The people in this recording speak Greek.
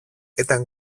ήταν